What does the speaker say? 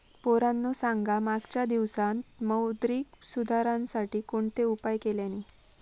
पोरांनो सांगा मागच्या दिवसांत मौद्रिक सुधारांसाठी कोणते उपाय केल्यानी?